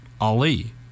Ali